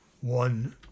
one